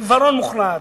בעיוורון מוחלט,